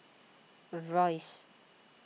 Royce